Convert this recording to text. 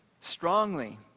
strongly